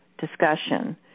discussion